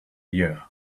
year